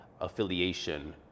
affiliation